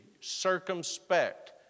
Circumspect